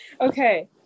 okay